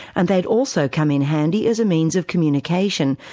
and they'd also come in handy as a means of communication,